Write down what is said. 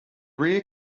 rear